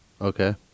Okay